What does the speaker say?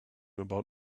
about